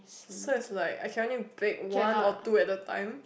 so it's like I can only bake one or two at a time